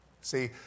See